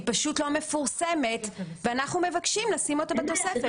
היא פשוט לא מפורסמת ואנחנו מבקשים לשים אותה בתוספת.